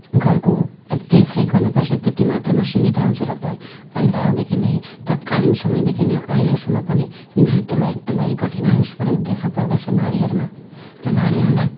घरको देखरेख गर्नुपर्छ त्यत्ति मात्रमा सीमित रहन्छु र पै पहिलादेखि नै तत्कालीन समयदेखि नै अहिलेसम्म पनि नृत्यमा एकदमै कठिनाइ स्वरूप देखापर्दछ नानीहरूमा र नारीहरूलाई